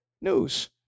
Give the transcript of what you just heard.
news